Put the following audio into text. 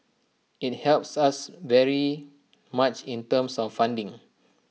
IT helps us very much in terms of funding